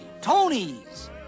Tony's